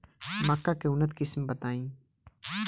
मक्का के उन्नत किस्म बताई?